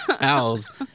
owls